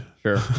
Sure